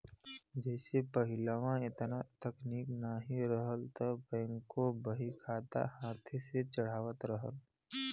जइसे पहिलवा एतना तकनीक नाहीं रहल त बैंकों बहीखाता हाथे से चढ़ावत रहल